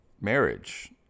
Marriage